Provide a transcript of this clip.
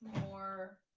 more